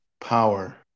power